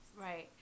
Right